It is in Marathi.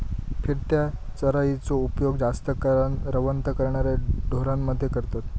फिरत्या चराइचो उपयोग जास्त करान रवंथ करणाऱ्या ढोरांमध्ये करतत